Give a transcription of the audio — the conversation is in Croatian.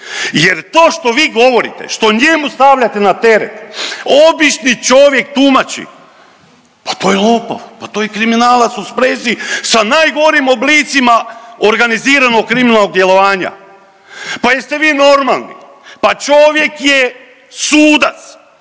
jer to što vi govorite, što njemu stavljate na teret, obični čovjek tumači pa to je lopov, pa to je kriminalac u sprezi sa najgorim oblicima organiziranog kriminalnog djelovanja. Pa jeste vi normalni? Pa čovjek je sudac